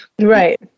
Right